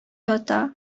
ята